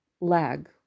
lag